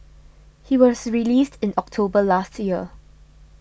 he was released in October last year